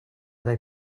they